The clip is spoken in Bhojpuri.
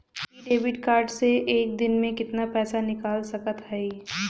इ डेबिट कार्ड से एक दिन मे कितना पैसा निकाल सकत हई?